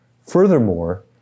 Furthermore